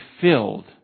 filled